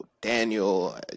Daniel